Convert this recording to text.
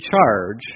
charge